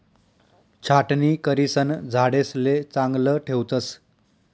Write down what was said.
छाटणी करिसन झाडेसले चांगलं ठेवतस